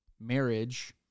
marriage